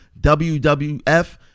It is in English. WWF